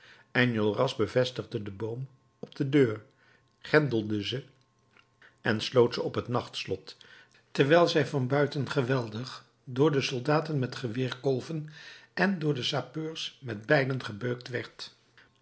enjolras bevestigde den boom op de deur grendelde ze en sloot ze op het nachtslot terwijl zij van buiten geweldig door de soldaten met geweerkolven en door de sappeurs met bijlen gebeukt werd